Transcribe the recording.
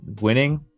winning